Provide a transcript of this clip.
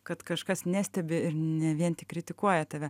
kad kažkas nestebi ir ne vien tik kritikuoja tave